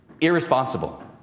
irresponsible